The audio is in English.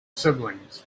siblings